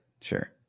Sure